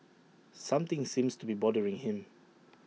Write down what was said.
something seems to be bothering him